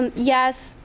yes,